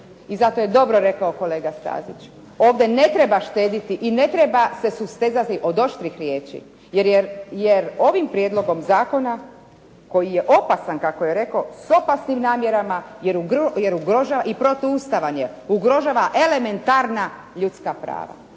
I zato je dobro rekao kolega Stazić, ovdje ne treba štediti i ne treba se sustezati od oštrih riječ, jer ovim prijedlogom zakona koji je opasan, kako je rekao, s opasnim namjerama i protuustavan je, ugrožava elementarna ljudska prava.